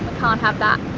can't have that.